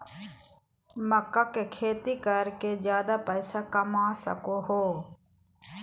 मक्का के खेती कर के ज्यादा पैसा कमा सको हो